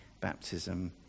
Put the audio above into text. baptism